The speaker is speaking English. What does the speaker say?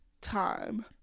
time